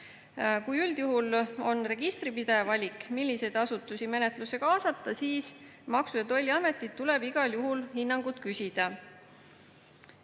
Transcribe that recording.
Kui üldjuhul on registripidaja valik, milliseid asutusi menetlusse kaasata, siis Maksu- ja Tolliametilt tuleb igal juhul hinnangut küsida,